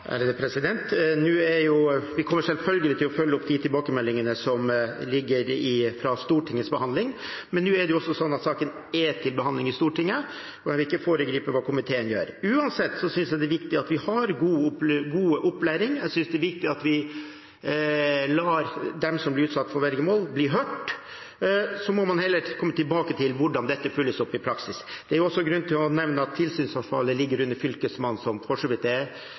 Vi kommer selvfølgelig til å følge opp tilbakemeldingene fra Stortingets behandling. Men nå er saken til behandling i Stortinget, og jeg vil ikke foregripe hva komiteen gjør. Uansett synes jeg det er viktig at vi har god opplæring. Jeg synes det er viktig at vi lar dem som blir utsatt for vergemål, bli hørt. Så må man heller komme tilbake til hvordan dette følges opp i praksis. Det er også grunn til å nevne at tilsynsansvaret ligger under Fylkesmannen, som for så vidt rapporterer til en annen minister. Replikkordskiftet er